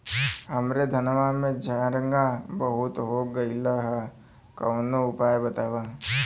हमरे धनवा में झंरगा बहुत हो गईलह कवनो उपाय बतावा?